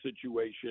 situation